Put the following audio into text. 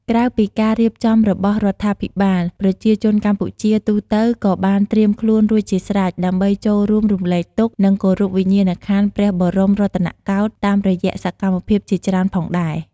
ក្រៅពីការរៀបចំរបស់រដ្ឋាភិបាល ប្រជាជនកម្ពុជាទូទៅក៏បានត្រៀមខ្លួនរួចជាស្រេច ដើម្បីចូលរួមរំលែកទុក្ខ និងគោរពវិញ្ញាណក្ខន្ធព្រះបរមរតនកោដ្ឋតាមរយៈសកម្មភាពជាច្រើនផងដែរ។